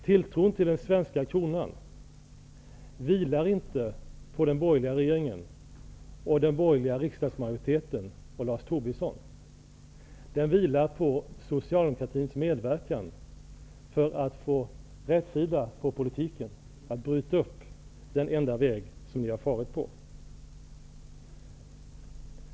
Tilltron till den svenska kronan vilar inte på den borgerliga regeringen och den borgerliga riksdagsmajoriteten och Lars Tobisson. Den vilar på socialdemokratins medverkan för att få rätsida på politiken -- på att bryta upp den enda vägen, som ni har farit på.